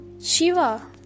Shiva